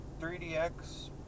3DX